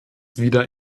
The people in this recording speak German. wieder